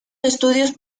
estudios